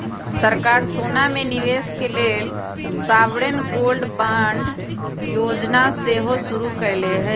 सरकार सोना में निवेश के लेल सॉवरेन गोल्ड बांड जोजना सेहो शुरु कयले हइ